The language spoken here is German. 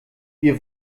wir